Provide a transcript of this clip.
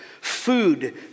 food